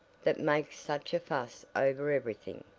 that make such a fuss over everything.